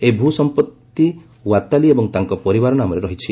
ଏହି ଭୂ ସମ୍ପଭି ୱାତାଲି ଏବଂ ତାଙ୍କ ପରିବାର ନାମରେ ରହିଛି